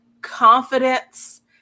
confidence